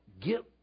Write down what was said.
get